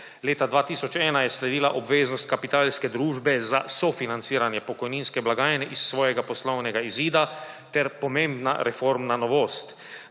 Leta 2001 je sledila obveznost Kapitalske družbe za sofinanciranje pokojninske blagajne iz svojega poslovnega izida ter pomembna reformna novost: